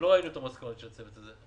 לא ראינו את המסקנות של הצוות הזה.